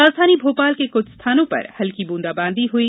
राजधानी भोपाल के कुछ स्थानों पर हल्की ब्रंदाबांदी हुई